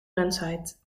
mensheid